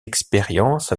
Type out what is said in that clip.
expériences